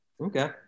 Okay